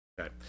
Okay